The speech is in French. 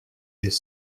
des